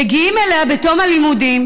מגיעים אליה בתום הלימודים.